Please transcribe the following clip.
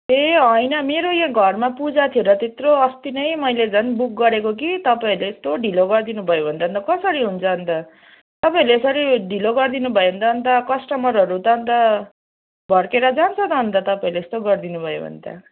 ए होइन मेरो यो घरमा पूजा थियो र त्यत्रो अस्ति नै मैले झन् बुक गरेको कि तपाईँहरूले यस्तो ढिलो गरिदिनुभयो भने त कसरी हुन्छ अन्त तपाईँहरूले यसरी ढिलो गरिदिनुभयो भने त कस्टमरहरू त अन्त भड्किएर जान्छ त अन्त तपाईँहरूले यस्तो गरिदिनुभयो भने त